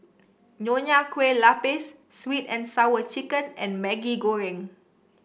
Nonya Kueh Lapis sweet and Sour Chicken and Maggi Goreng